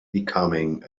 becoming